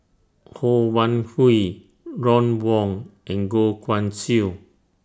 Ho Wan Hui Ron Wong and Goh Guan Siew